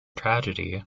tragedy